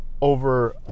over